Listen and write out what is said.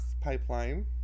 pipeline